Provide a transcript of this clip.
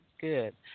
good